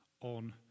on